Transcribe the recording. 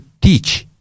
teach